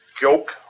joke